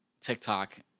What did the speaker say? tiktok